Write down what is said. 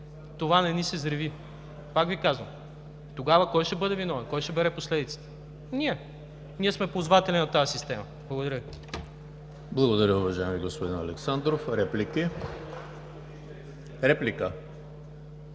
това не ни се взриви. Пак Ви казвам: тогава кой ще бъде виновен, кой ще бере последиците? Ние. Ние сме ползватели на тази система. Благодаря Ви.